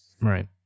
right